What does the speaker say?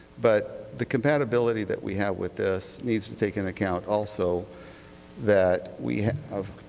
but the compatibility that we have with this needs to take into account also that we have